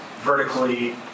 vertically